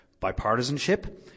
bipartisanship